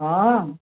ହଁ